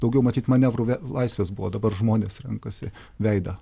daugiau matyt manevrų vė laisvės buvo dabar žmonės renkasi veidą